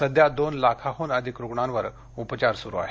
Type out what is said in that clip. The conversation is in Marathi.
सध्या दोन लाखांहन अधिक रुग्णांवर उपचार सूरु आहेत